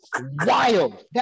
Wild